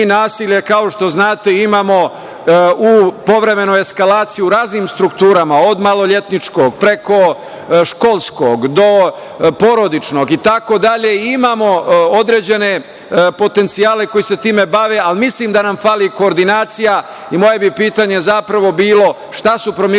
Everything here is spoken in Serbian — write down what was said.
kao što znate, imamo u povremenoj eskalaciji, u raznim strukturama, od maloletničkog, preko školskog, do porodičnog i tako dalje. Imamo određene potencijale koji se time bave, ali mislim da nam fali koordinacija. Zapravo, moje bi pitanje bilo - šta su promišljanja